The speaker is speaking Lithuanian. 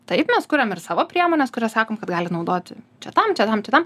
taip mes kuriam ir savo priemones kurias sakom kad gali naudoti čia tam čia tam čia tam